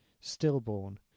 stillborn